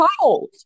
cold